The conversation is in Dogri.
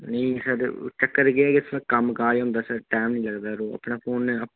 नेईं सर चक्कर केह् ऐ कि थोह्ड़ा कम्म काज होंदा सर टाइम निं लगदा यरो अपना फोन